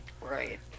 right